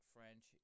French